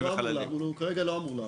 הוא כרגע לא אמור לעבור.